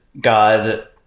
God